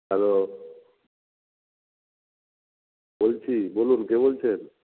hello বলছি বলুন কে বলছেন